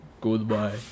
Goodbye